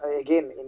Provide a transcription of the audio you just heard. again